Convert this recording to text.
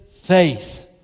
faith